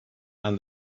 and